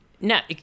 Now